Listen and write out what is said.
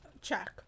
check